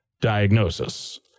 diagnosis